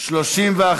השידור הציבורי הישראלי (תיקון מס' 4),